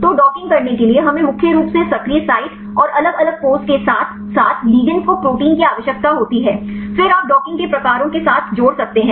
तो डॉकिंग करने के लिए हमें मुख्य रूप से सक्रिय साइट और अलग अलग पोज के साथ साथ लिगैंड्स को प्रोटीन की आवश्यकता होती है फिर आप डॉकिंग के प्रकारों के साथ जोड़ सकते हैं